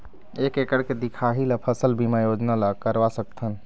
एक एकड़ के दिखाही ला फसल बीमा योजना ला करवा सकथन?